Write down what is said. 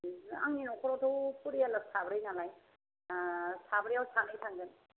औ आंनि न'खरावथ' परियालाव साब्रै नालाय साब्रैआव सानै थांगोन